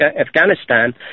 afghanistan